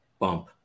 Bump